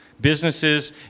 Businesses